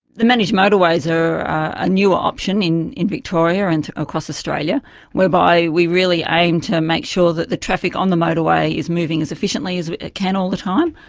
the managed motorways are a newer option in in victoria and across australia whereby we really aim to make sure that the traffic on the motorway is moving as efficiently as it can all the time.